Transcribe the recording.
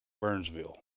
Burnsville